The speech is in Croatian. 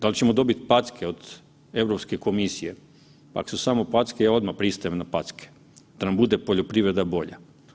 Da li ćemo dobit packe od Europske komisije, pa ak su samo packe ja odmah pristajem na packe da nam bude poljoprivreda bolja.